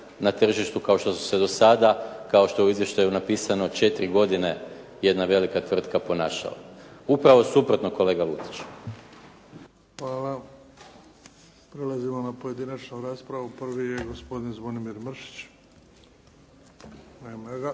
na tržištu kao što su se do sada kao što je u izvještaju napisano 4 godine jedna velika tvrtka ponašala. Upravo suprotno kolega Lucić. **Bebić, Luka (HDZ)** Hvala. Prelazimo na pojedinačnu raspravu. Prvi je gospodin Zvonimir Mršić. Nema ga.